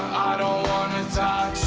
don't wanna die